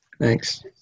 Thanks